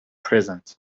present